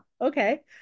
okay